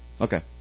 Okay